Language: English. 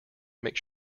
make